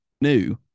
new